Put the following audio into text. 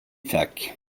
tack